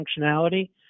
functionality